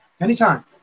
anytime